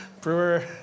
brewer